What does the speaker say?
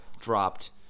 dropped